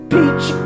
Peach